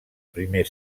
primer